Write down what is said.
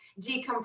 decompress